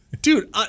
Dude